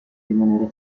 rimanere